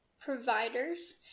providers